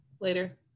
later